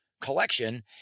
collection